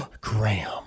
Graham